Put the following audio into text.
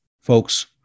folks